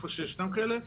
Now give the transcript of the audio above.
איפה שישנם כאלה.